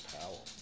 Powell